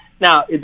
Now